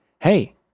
hey